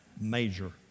Major